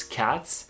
cats